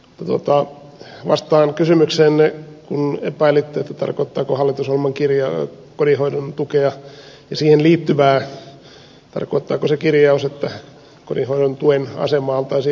mutta vastaan kysymykseenne kun epäilitte tarkoittaako hallitusohjelman kirja oli hoidon tukea ja kirjaus liittyen kotihoidon tukeen sitä että kotihoidon tuen asemaa oltaisiin heikentämässä